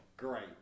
Great